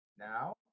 Now